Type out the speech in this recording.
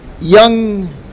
young